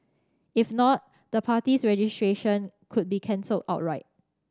if not the party's registration could be cancelled outright